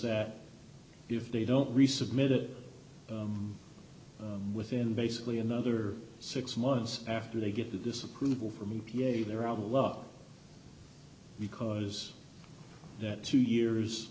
that if they don't resubmit it within basically another six months after they get the disapproval from e p a they're out of luck because that two years